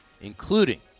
Including